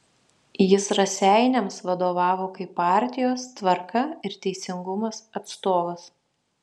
jis raseiniams vadovavo kaip partijos tvarka ir teisingumas atstovas